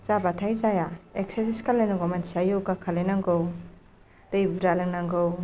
जाबाथाय जाया इक्सारसाइज खालामनांगौ मानसिया य'गा खालामनांगौ दै बुरजा लोंनांगौ